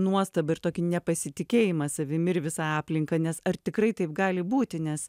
nuostabą ir tokį nepasitikėjimą savimi ir visa aplinka nes ar tikrai taip gali būti nes